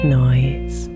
noise